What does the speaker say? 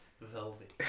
velvet